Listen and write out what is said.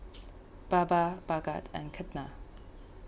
Baba Bhagat and Ketna